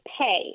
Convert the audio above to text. pay